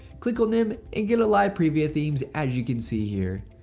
click on them and get a live preview of themes as you can see here.